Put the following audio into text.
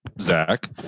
Zach